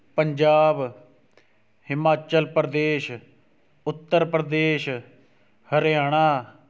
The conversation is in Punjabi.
ਪੰਜਾਬ ਹਿਮਾਚਲ ਪ੍ਰਦੇਸ਼ ਉੱਤਰ ਪ੍ਰਦੇਸ਼ ਹਰਿਆਣਾ